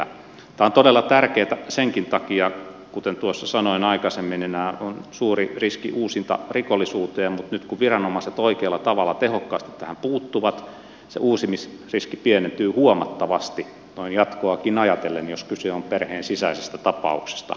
tämä on todella tärkeätä senkin takia kuten tuossa sanoin aikaisemmin että näissä on suuri riski uusintarikollisuuteen mutta nyt kun viranomaiset oikealla tavalla tehokkaasti tähän puuttuvat se uusimisriski pienentyy huomattavasti noin jatkoakin ajatellen jos kyse on perheensisäisestä tapauksesta